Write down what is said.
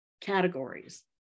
categories